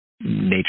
nature